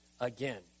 again